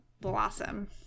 Blossom